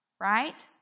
right